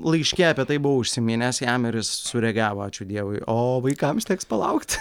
laiške apie tai buvau užsiminęs jam ir jis sureagavo ačiū dievui o vaikams teks palaukt